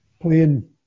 playing